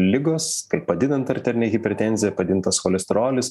ligos kaip padidint arterinė hipertenzija padidintas cholesterolis